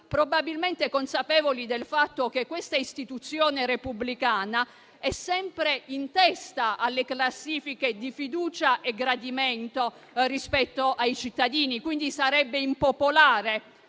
probabilmente consapevoli del fatto che questa istituzione repubblicana è sempre in testa alle classifiche di fiducia e gradimento rispetto ai cittadini. Quindi, sarebbe impopolare